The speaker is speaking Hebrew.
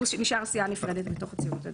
--- אופיר סופר נשאר סיעה נפרדת בתוך הציונות הדתית.